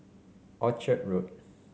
Orchard Road